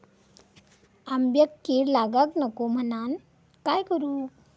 आंब्यक कीड लागाक नको म्हनान काय करू?